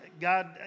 God